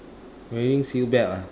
wearing seatbelt ah